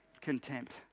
Contempt